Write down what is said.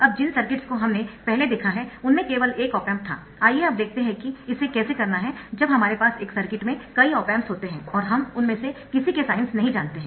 अब जिन सर्किट्स को हमने पहले देखा है उनमें केवल एक ऑप एम्प था आइए अब देखते है कि इसे कैसे करना है जब हमारे पास एक सर्किट में कई ऑप एम्प्स होते है और हम उनमें से किसी के साइन्स नहीं जानते है